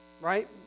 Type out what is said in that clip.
right